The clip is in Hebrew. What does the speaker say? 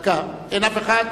אין אף אחד?